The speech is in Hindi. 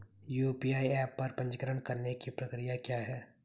यू.पी.आई ऐप पर पंजीकरण करने की प्रक्रिया क्या है?